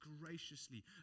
graciously